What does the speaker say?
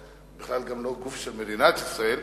בכלל גם לא גוף של מדינת ישראל,